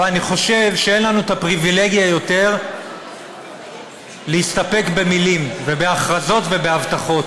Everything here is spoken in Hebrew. אבל אני חושב שאין לנו פריבילגיה יותר להסתפק במילים ובהכרזות ובהבטחות.